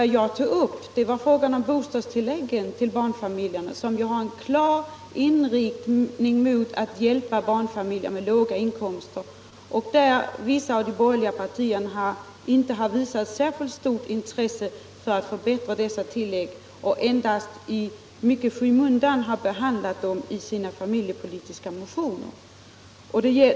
Däremot har bostadstilläggen till barnfamiljerna en klar inriktning på att hjälpa barnfamiljer med låga inkomster. Där har vissa av de borgerliga partierna inte visat särskilt stort intresse för förbättringar. Bostadstilläggen har kommit i skymundan i deras familjepolitiska motioner.